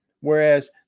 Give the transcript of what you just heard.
Whereas